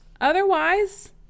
otherwise